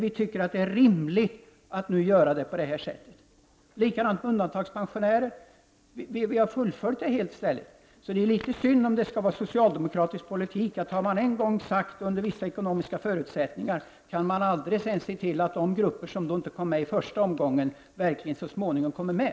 Vi tycker att det är rimligt att göra på det sätt som där föreslås. Likadant är det med undantagandepensionärerna. Vi vill fullfölja det tidigare beslutet. Det är synd om det skall vara socialdemokratisk politik att har man en gång sagt någonting, under vissa ekonomiska förutsättningar, kan man sedan aldrig se till att de grupper som inte kom med i första omgången så småningom också kommer med.